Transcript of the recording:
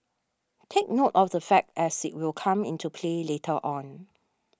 take note of the fact as it will come into play later on